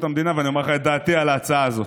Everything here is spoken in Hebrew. המדינה ואומר לך את דעתי על ההצעה הזאת.